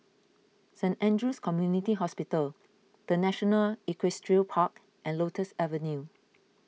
Saint andrew's Community Hospital the National Equestrian Park and Lotus Avenue